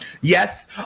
Yes